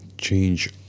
Change